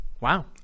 Wow